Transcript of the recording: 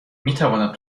میتوانم